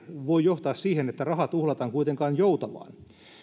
voi johtaa kuitenkaan siihen että rahaa tuhlataan joutavaan